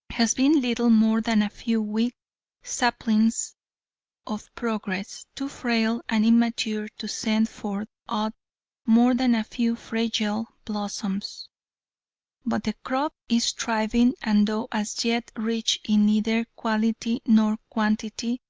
has been little more than a few weak saplings of progress, too frail and immature to send forth aught more than a few fragile blossoms but the crop is thriving, and as yet rich in neither quality nor quantity,